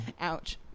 Ouch